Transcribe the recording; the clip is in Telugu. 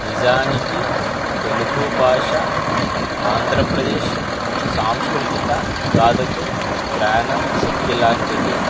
నిజానికి తెలుగు భాష ఆంధ్రప్రదేశ్ సాంస్కృతిక గాధకు ప్రాణ శక్తి లాంటిది